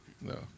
No